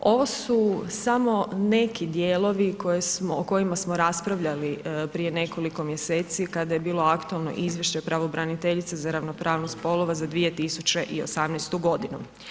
Ovo su samo neki dijelovi o kojima smo raspravljali prije nekoliko mjeseci kada je bilo aktualno izvješće pravobraniteljice za ravnopravnost spolova za 2018. godinu.